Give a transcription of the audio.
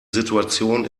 situation